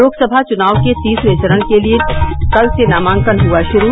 लोकसभा चुनाव के तीसरे चरण के लिए कल से नामांकन हुआ शुरू